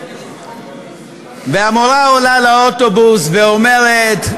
והמורה עולה לאוטובוס ואומרת: